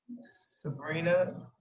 Sabrina